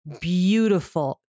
beautiful